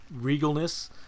regalness